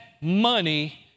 money